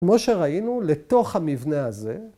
‫כמו שראינו, לתוך המבנה הזה...